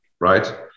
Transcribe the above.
right